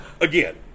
again